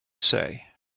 say